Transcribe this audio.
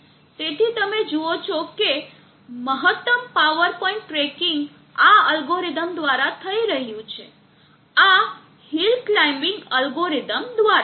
તેથી તમે જુઓ છો કે મહત્તમ પાવર પોઇન્ટ ટ્રેકિંગ આ અલ્ગોરિધમ દ્વારા થઈ રહ્યું છે આ હિલ ક્લીમ્બીંગ એલ્ગોરિધમ દ્વારા